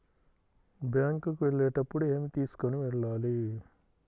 Bank కు వెళ్ళేటప్పుడు ఏమి తీసుకొని వెళ్ళాలి?